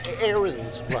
errands